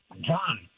John